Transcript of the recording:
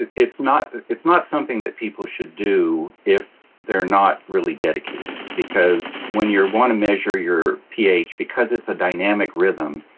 it's not it's not something that people should do if they're not really dedicated because when you want to measure your ph because it's a dynamic rhythm,